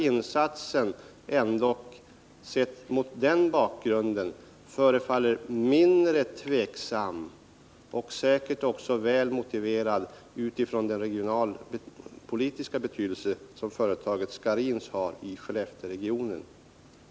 Insatsen förefaller mot den bakgrunden vara mindre tvivelaktig och säkert väl motiverad utifrån den regionalpolitiska betydelse som företaget Scharins har i Skellefteåregionen.